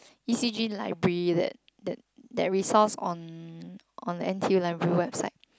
E_C_G library that that that resource on on N_T_U library website